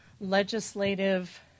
legislative